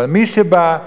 אבל מי שבא,